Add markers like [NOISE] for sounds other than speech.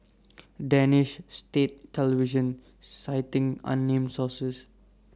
[NOISE] danish state television citing unnamed sources